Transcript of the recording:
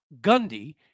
Gundy